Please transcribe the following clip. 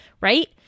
right